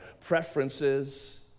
preferences